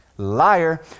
Liar